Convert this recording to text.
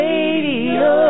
Radio